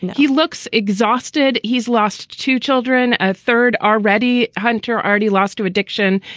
he looks exhausted. he's lost two children. a third are ready. hunter already lost to addiction.